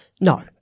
no